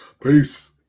peace